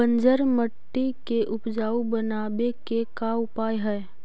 बंजर मट्टी के उपजाऊ बनाबे के का उपाय है?